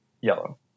yellow